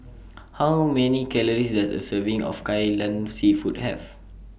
How Many Calories Does A Serving of Kai Lan Seafood Have